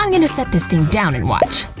um gonna set this thing down and watch.